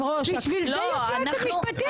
בשביל זה יש יועצת משפטית,